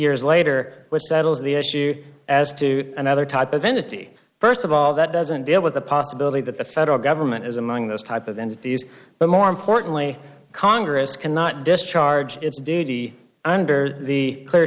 years later which settles the issue as to another type of entity first of all that doesn't deal with the possibility that the federal government is among those type of entities but more importantly congress cannot discharge its duty under the clear